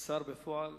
השר בפועל